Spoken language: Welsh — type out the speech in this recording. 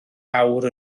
awr